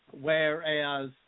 whereas